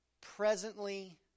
presently